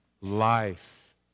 life